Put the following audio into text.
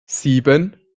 sieben